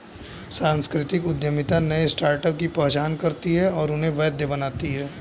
सांस्कृतिक उद्यमिता नए स्टार्टअप की पहचान करती है और उन्हें वैध बनाती है